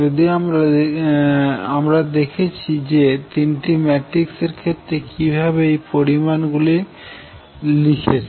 যদি আমরা দেখেছি যে তিনি ম্যাট্রিক্স এর ক্ষেত্রে কিভাবে এই পরিমান গুলি লিখেছে